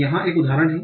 तो यहाँ एक उदाहरण है